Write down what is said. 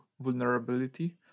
vulnerability